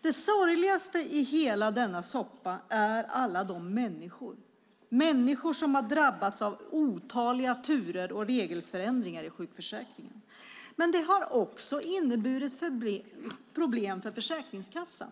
Det sorgligaste i hela denna soppa är alla de människor som har drabbats av otaliga turer och regelförändringar i sjukförsäkringen. Men detta har också inneburit problem för Försäkringskassan.